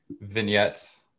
Vignettes